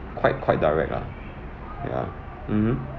quite quite direct ah ya mmhmm